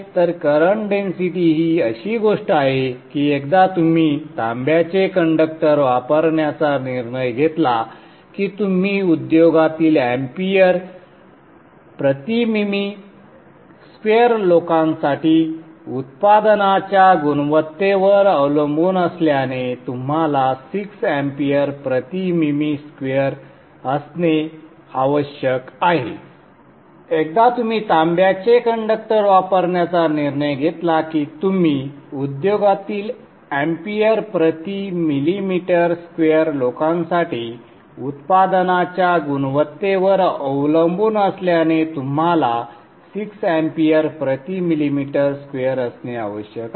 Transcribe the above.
तर current density ही अशी गोष्ट आहे की एकदा तुम्ही तांब्याचे कंडक्टर वापरण्याचा निर्णय घेतला की तुम्ही उद्योगातील amp प्रति मिमी स्क्वेअर लोकांसाठी उत्पादनाच्या गुणवत्तेवर अवलंबून असल्याने तुम्हाला 6 amp प्रति मिमी स्क्वेअर असणे आवश्यक आहे